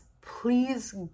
please